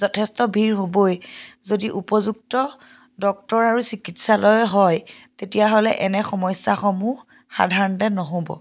যথেষ্ট ভিৰ হ'বই যদি উপযুক্ত ডক্তৰ আৰু চিকিৎসালয় হয় তেতিয়াহ'লে এনে সমস্যাসমূহ সাধাৰণতে নহ'ব